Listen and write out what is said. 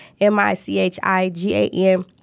M-I-C-H-I-G-A-N